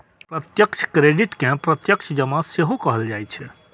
प्रत्यक्ष क्रेडिट कें प्रत्यक्ष जमा सेहो कहल जाइ छै